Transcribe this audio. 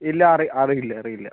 ഇല്ല അറി അറിയില്ല അറിയില്ല